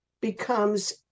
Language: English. becomes